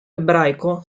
ebraico